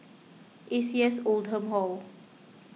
A C S Oldham Hall